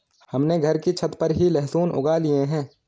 हमने घर की छत पर ही लहसुन उगा लिए हैं